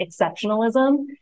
exceptionalism